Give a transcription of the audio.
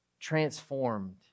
transformed